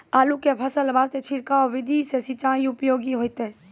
आलू के फसल वास्ते छिड़काव विधि से सिंचाई उपयोगी होइतै?